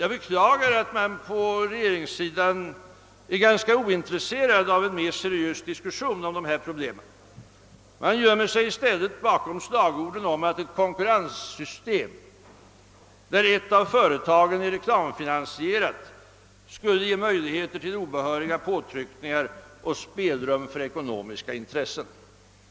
Jag beklagar att man på regeringshåll är ganska ointresserad av en mer seriös diskussion om dessa problem. Man gömmer sig i stället bakom slagorden att ett konkurrenssystem där ett av företagen är reklamfinansierat skulle ge möjligheter till obehöriga påtryckningar och spelrum för ekonomiska intressen.